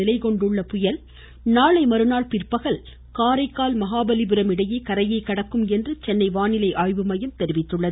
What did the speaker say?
நிலைகொண்டுள்ள புயல் நாளை மறுநாள் பிற்பகலில் காரைக்கால் மகாபலிபுரம் இடையே கரையை கடக்கும் என்று சென்னை வானிலை தெரிவித்துள்ளது